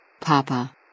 Papa